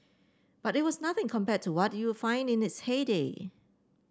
but it was nothing compared to what you find in its heyday